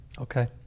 Okay